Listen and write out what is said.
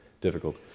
difficult